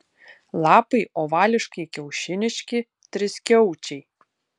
lapai ovališkai kiaušiniški triskiaučiai